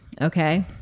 Okay